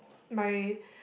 my